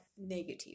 negative